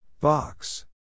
Box